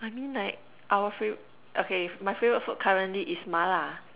I mean like our fav~ okay my favourite food currently is mala